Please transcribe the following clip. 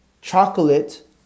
chocolate